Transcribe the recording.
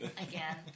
again